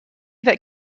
that